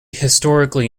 historically